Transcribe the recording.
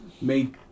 made